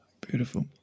Beautiful